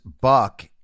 Buck